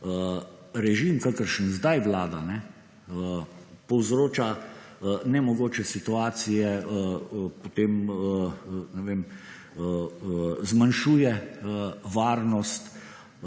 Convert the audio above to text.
režim kakršen sedaj vlada povzroča nemogoče situacije, potem ne vem zmanjšuje varnost